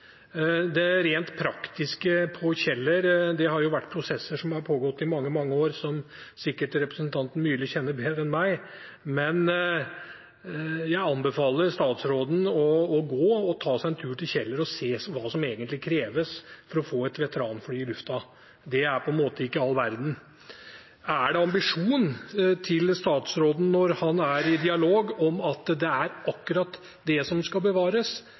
Det rent praktiske på Kjeller har vært prosesser som har pågått i mange, mange år, som representanten Myrli sikkert kjenner bedre til enn jeg, men jeg anbefaler statsråden å ta seg en tur til Kjeller og se hva som egentlig kreves for å få et veteranfly i lufta. Det er på en måte ikke all verden. Er det ambisjonen til statsråden, når han er i dialog, at det er akkurat det som skal bevares?